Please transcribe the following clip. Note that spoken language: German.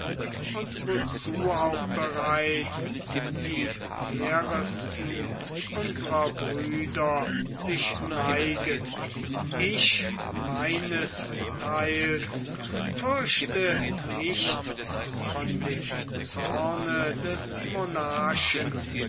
und wozu auch bereits die meisten unsrer brüder sich neigen ich meines theils fürchte nichts von dem zorne des